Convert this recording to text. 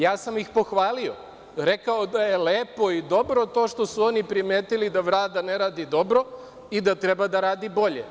Ja sam ih pohvalio i rekao da je lepo i dobro to što su oni primetili da Vlada ne radi dobro i da treba da radi bolje.